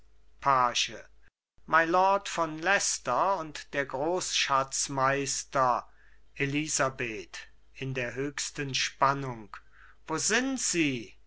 page mylord von leicester und der großschatzmeister elisabeth in der höchsten spannung wo sind sie